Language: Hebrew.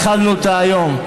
התחלנו אותה היום.